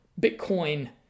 Bitcoin